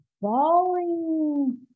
falling